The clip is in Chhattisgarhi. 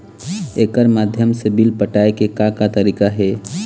एकर माध्यम से बिल पटाए के का का तरीका हे?